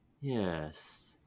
yes